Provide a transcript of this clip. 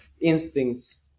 instincts